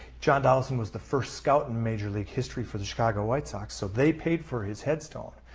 john donaldson was the first scout in major league history for the chicago white sox. so they paid for his headstone.